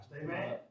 Amen